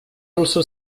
also